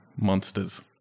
monsters